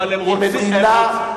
הם רוצים לחסל.